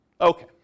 Okay